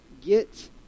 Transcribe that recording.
Get